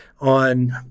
on